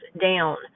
down